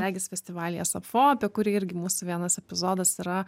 regis festivalyje safo apie kurį irgi mūsų vienas epizodas yra